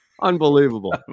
Unbelievable